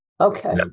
Okay